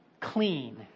clean